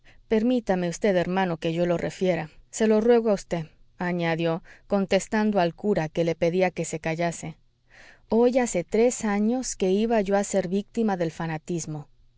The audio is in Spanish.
permítame vd hermano que yo lo refiera se lo ruego a vd añadió contestando al cura que le pedía se callase hoy hace tres años que iba yo a ser víctima del fanatismo